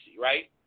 right